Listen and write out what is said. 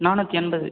நானூற்றி எண்பது